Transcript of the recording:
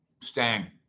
Stang